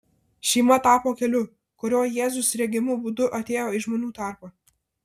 šeima tapo keliu kuriuo jėzus regimu būdu atėjo į žmonių tarpą